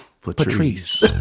Patrice